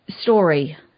story